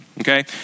Okay